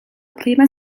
prima